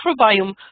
microbiome